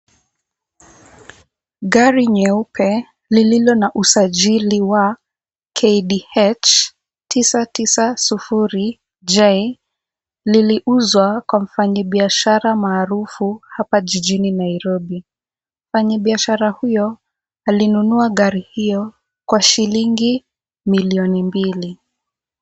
Gari nyeupe lililo na usajili wa KDH 990J liliuzwa kwa mfanyibiashara maarufu hapa jijini Nairobi . Mfanyibiashara huyo alinunua gari hiyo kwa shilingi milioni mbili.